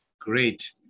Great